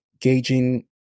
gauging